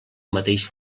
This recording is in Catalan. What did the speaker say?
mateix